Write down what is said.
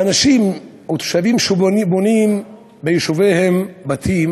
שאנשים או תושבים שבונים ביישוביהם בתים